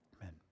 Amen